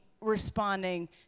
responding